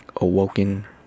awoken